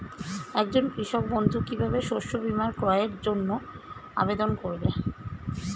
একজন কৃষক বন্ধু কিভাবে শস্য বীমার ক্রয়ের জন্যজন্য আবেদন করবে?